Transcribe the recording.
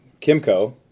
Kimco